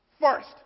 first